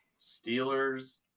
Steelers